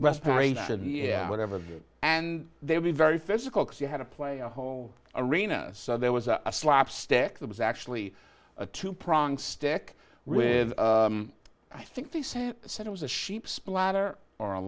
respirator yeah whatever and they'd be very physical because you had to play a whole arena so there was a slapstick that was actually a two prong stick with i think the same set it was a sheep splatter or a